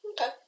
Okay